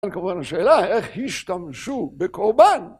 כמובן השאלה, איך השתמשו בקורבן?